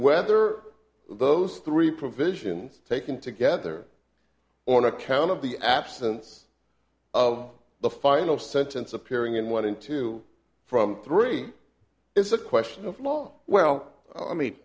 whether those three provisions taken together on account of the absence of the final sentence appearing in one in two from three it's a question of law well i mean